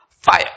Fire